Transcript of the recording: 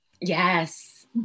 Yes